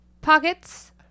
pockets